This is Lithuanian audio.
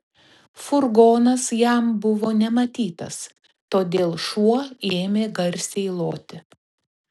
furgonas jam buvo nematytas todėl šuo ėmė garsiai loti